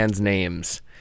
names